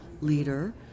leader